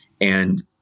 And-